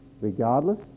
regardless